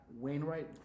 Wainwright